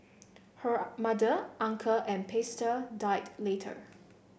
her mother uncle and pastor died later